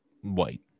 white